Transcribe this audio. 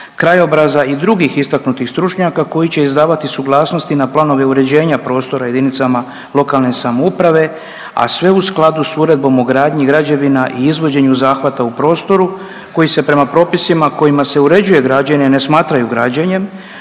krajobraza i drugih istaknutih stručnjaka koji će izdavati suglasnosti na planove uređenja prostora jedinicama lokalne samouprave, a sve u skladu s Uredbom o gradnji građevina i izvođenju zahvata u prostoru koji se prema propisima kojima se uređuje građenje ne smatraju građenjem,